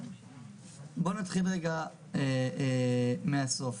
בוא נתחיל רגע מהסוף.